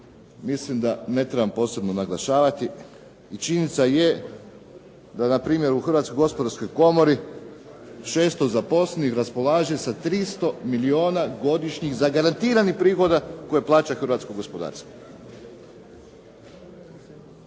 mislim da ne trebam posebno naglašavati. A činjenica je da npr. u Hrvatskoj gospodarskoj komori 600 zaposlenih raspolaže sa 300 milijuna godišnjih zagarantiranih prihoda koje plaća hrvatsko gospodarstvo.